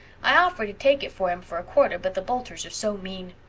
i offered to take it for him for a quarter but the boulters are so mean.